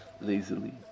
lazily